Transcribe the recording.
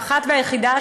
האחת והיחידה,